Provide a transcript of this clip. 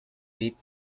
beat